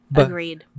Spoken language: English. agreed